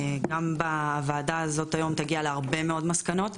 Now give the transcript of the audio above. גם הוועדה הזאת תגיע היום להרבה מסקנות,